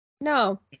No